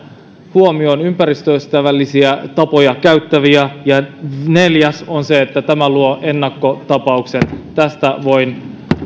huomioon ympäristöystävällisiä tapoja käyttäviä ja neljäs on se että tämä luo ennakkotapauksen tästä voin